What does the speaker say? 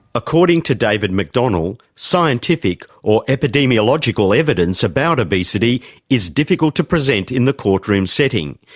according to david mcdonald, scientific or epidemiological evidence about obesity is difficult to present in the courtroom setting,